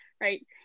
right